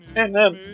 and then